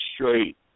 straight